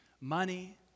money